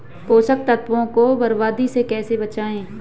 पोषक तत्वों को बर्बादी से कैसे बचाएं?